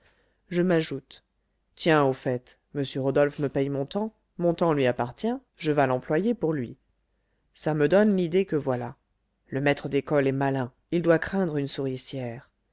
je m'ajoute tiens au fait m rodolphe me paye mon temps mon temps lui appartient je vas l'employer pour lui ça me donne l'idée que voilà le maître d'école est malin il doit craindre une souricière